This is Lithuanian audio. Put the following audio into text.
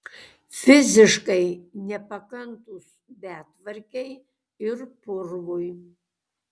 fiziškai nepakantūs betvarkei ir purvui